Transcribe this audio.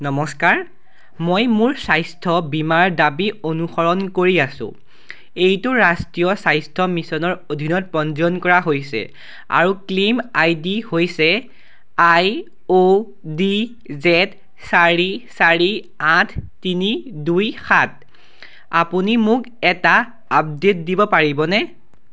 নমস্কাৰ মই মোৰ স্বাস্থ্য বীমাৰ দাবী অনুসৰণ কৰি আছোঁ এইটো ৰাষ্ট্ৰীয় স্বাস্থ্য মিছনৰ অধীনত পঞ্জীয়ন কৰা হৈছে আৰু ক্লেইম আই ডি হৈছে আই অ' ডি জেদ চাৰি চাৰি আঠ তিনি দুই সাত আপুনি মোক এটা আপডে'ট দিব পাৰিবনে